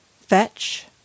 fetch